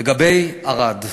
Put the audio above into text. לגבי ערד,